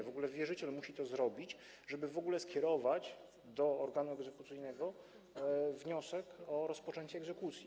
Wierzyciel musi to zrobić, żeby w ogóle skierować do organu egzekucyjnego wniosek o rozpoczęcie egzekucji.